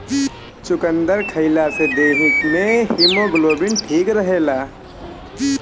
चुकंदर खइला से देहि में हिमोग्लोबिन ठीक रहेला